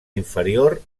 inferior